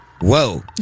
Whoa